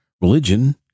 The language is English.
religion